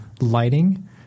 lighting